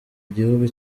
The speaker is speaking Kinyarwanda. igihugu